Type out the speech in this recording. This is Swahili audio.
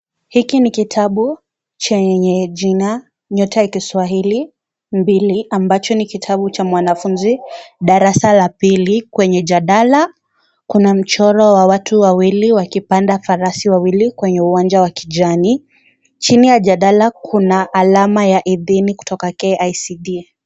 Hiki ni kitabu chenye jina nyota ya kiswahili mbili ambacho ni kitabu cha mwanafunzi darasa la pili kwenye jadala kuna mchoro wa watu wawili wakipanda farasi wawili kwenye uwanja wa kijani chini ya jadala kuna alama ya idhini kutoka KICD.